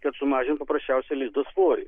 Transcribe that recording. ir sumažinti paprasčiausia lizdo svorį